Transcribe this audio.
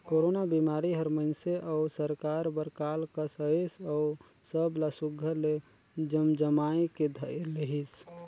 corona बिमारी हर मइनसे अउ सरकार बर काल कस अइस अउ सब ला सुग्घर ले जमजमाए के धइर लेहिस